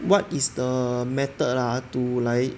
what is the method ah to like